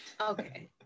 Okay